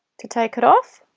to take it off